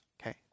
okay